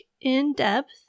in-depth